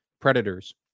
Predators